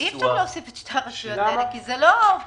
אי אפשר להוסיף את שתי הרשויות האלה כי זה לא פר-רשות,